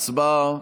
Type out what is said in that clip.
הצבעה.